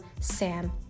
Sam